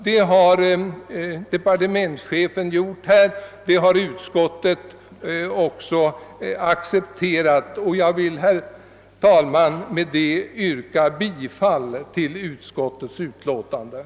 Det har departementschefen här gjort och det har wutskottet också accepterat. Jag vill, herr talman, med det anförda yrka bifall till utskottets hemställan.